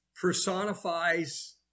personifies